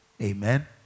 Amen